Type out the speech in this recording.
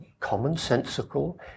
commonsensical